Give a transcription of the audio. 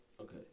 Okay